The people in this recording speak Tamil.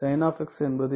sgn என்பது என்ன